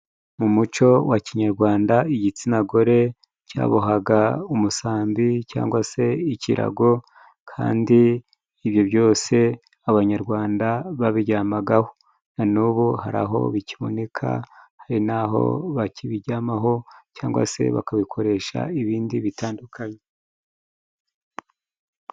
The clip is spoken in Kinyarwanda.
Mu muco wa kinyarwanda, igitsina gore cyabohaga umusambi cyangwa se ikirago kandi ibyo byose Abanyarwanda babiryamagaho, na n'ubu hari aho bikiboneka hari n'aho bakibiryamaho, cyangwa se bakabikoresha ibindi bitandukanye.